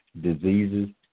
diseases